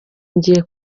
ngiye